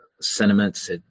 sentiments